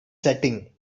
setting